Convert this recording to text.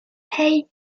hey